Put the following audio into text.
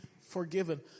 forgiven